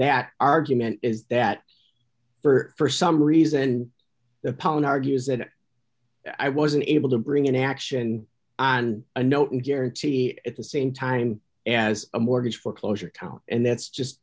that argument is that for some reason the pollen argues that i wasn't able to bring an action on a note in guarantee at the same time as a mortgage foreclosure count and that's just